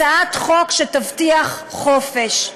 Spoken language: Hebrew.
הצעת חוק שתבטיח חופש.